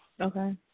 Okay